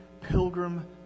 pilgrim